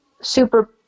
super